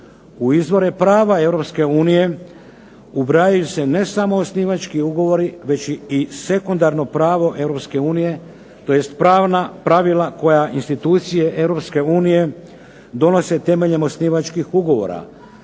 U izvore prava EU ubrajaju se ne samo osnivački ugovori već i sekundarno pravo EU tj. pravna pravila koja institucije EU donose temeljem osnivačkih ugovora.